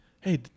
hey